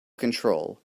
control